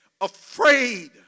afraid